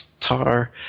tar